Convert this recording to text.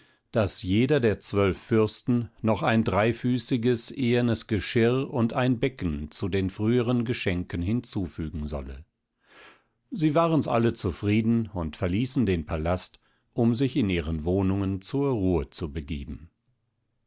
daß jeder der zwölf fürsten noch ein dreifüßiges ehernes geschirr und ein becken zu den früheren geschenken hinzufügen solle sie waren's alle zufrieden und verließen den palast um sich in ihren wohnungen zur ruhe zu begeben